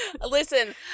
Listen